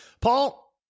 Paul